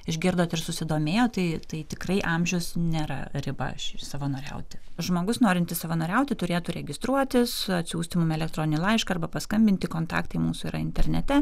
išgirdot ir susidomėjot tai tai tikrai amžius nėra riba savanoriauti žmogus norintis savanoriauti turėtų registruotis atsiųsti mum elektroninį laišką arba paskambinti kontaktai mūsų yra internete